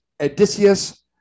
Odysseus